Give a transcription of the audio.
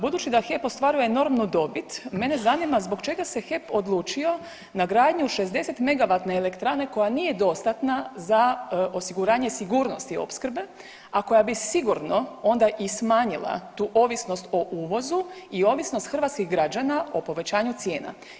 Budući da HEP ostvaruje enormnu dobit mene zanima zbog čega se HEP odlučio na gradnju 60 megavatne elektrane koja nije dostatna za osiguranje sigurnosti opskrbe, a koja bi sigurno onda i smanjila tu ovisnost o uvozu i ovisnost hrvatskih građana o povećanju cijena.